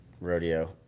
rodeo